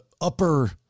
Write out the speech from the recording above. upper